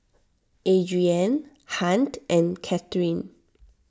Adrienne Hunt and Kathyrn